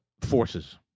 forces